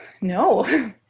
No